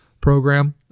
program